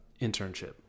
internship